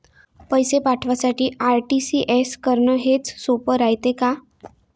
पैसे पाठवासाठी आर.टी.जी.एस करन हेच सोप रायते का?